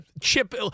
chip